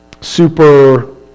super